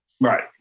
Right